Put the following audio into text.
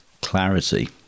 clarity